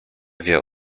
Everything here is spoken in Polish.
wiem